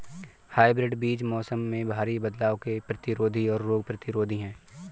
hybrid बीज मौसम में भारी बदलाव के प्रतिरोधी और रोग प्रतिरोधी हैं